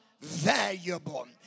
valuable